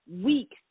weeks